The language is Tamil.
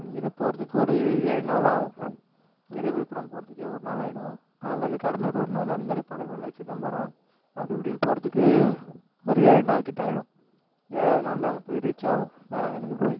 ஆனால் இங்கேருந்து போகிறதுக்கு ஒரு ஏழு நாள் ஆகும் இங்கேருந்து விழுப்புரம் போகிறதுக்கே ஒரு நாள் ஆகிடும் அங்கேருந்து கடலூர் ஒரு நாள் அது மாரி பக்கத்து பக்கத்தில் சிதம்பரம் அப்படி இப்படின்னு போகிறத்துக்கு ஒரு ஏழு நாள் கிட்ட ஆகிடும் ஏழாவது நாள் தான் அங்கே போய் ரீச் ஆகுவோம் வேளாங்கண்ணிக்கு போய்